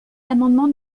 l’amendement